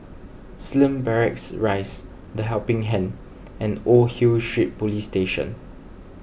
Slim Barracks Rise the Helping Hand and Old Hill Street Police Station